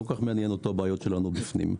כל כך מעניינות אותו הבעיות שלנו בפנים.